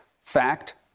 Fact